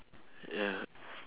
ya